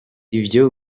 ivyo